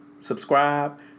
subscribe